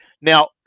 now